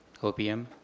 OPM